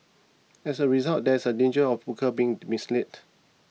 as a result there is a danger of workers being misled